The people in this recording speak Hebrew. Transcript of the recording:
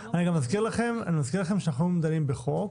אני מזכיר גם לכם שאנחנו דנים בחוק